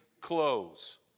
close